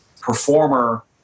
performer